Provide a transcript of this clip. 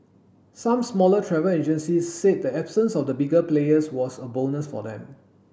some smaller travel agencies said the absence of the bigger players was a bonus for them